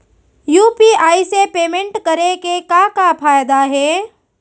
UPI से payment करे के का का फायदा हे?